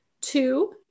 Two